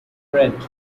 red